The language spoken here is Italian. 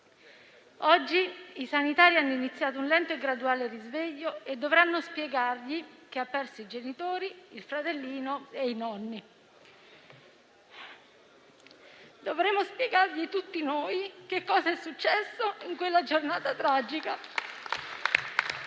Oggi i sanitari hanno iniziato un lento e graduale risveglio e dovranno spiegargli che ha perso i genitori, il fratellino e i nonni. Dovremo spiegargli tutti noi che cos'è successo in quella giornata tragica.